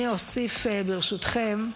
אני אוסיף, ברשותכם,